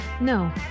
No